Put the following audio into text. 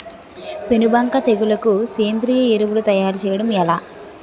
పేను బంక తెగులుకు సేంద్రీయ ఎరువు తయారు చేయడం ఎలా?